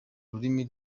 rurimi